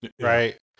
right